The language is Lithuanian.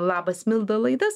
labas milda laidas